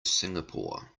singapore